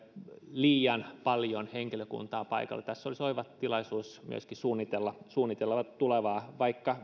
liian paljon henkilökuntaa paikalla tässä olisi oiva tilaisuus myöskin suunnitella suunnitella tulevaa vaikka